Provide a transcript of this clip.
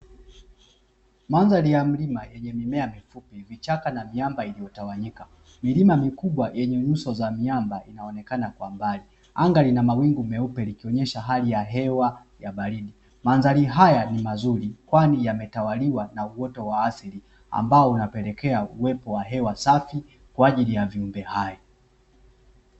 Mandhari ya mlima yenye mimea mifupi, vichaka na miamba iliyotawanyika, milima mikubwa yenye nyuso za miamba inaonekana kwa mbali. Anga lina mawingu meupe likionyesha hali ya hewa ya baridi. Mandhari haya ni mazuri, kwani yametawaliwa na uoto wa asili, ambao unapelekea uwepo wa hewa safi, kwa ajili ya viumbe hai.